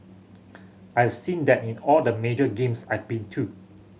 I've seen that in all the major games I've been too